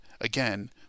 again